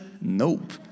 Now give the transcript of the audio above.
Nope